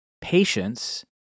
patience